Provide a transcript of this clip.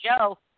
Joe